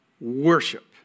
worship